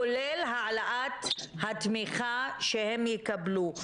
כולל העלאת התמיכה שהם יקבלו.